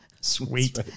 Sweet